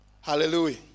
Hallelujah